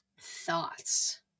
Thoughts